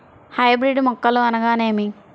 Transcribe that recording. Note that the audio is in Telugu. హైబ్రిడ్ మొక్కలు అనగానేమి?